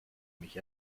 mich